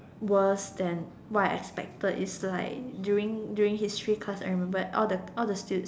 worse than what I expected is like during during history class I remember all the all the student